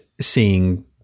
seeing